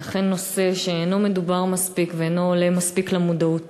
זה אכן נושא שאינו מדובר מספיק ואינו עולה מספיק למודעות.